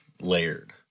layered